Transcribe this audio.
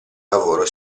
lavoro